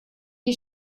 die